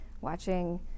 watching